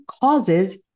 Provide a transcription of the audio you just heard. causes